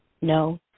no